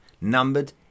numbered